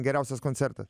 geriausias koncertas